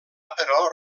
però